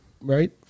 right